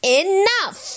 enough